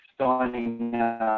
signing